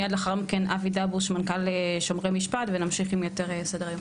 מיד לאחר מכן אבי דבוש מנכ"ל שומרי משפט ונמשיך עם יתר סדר היום.